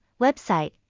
website